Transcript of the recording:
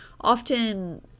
often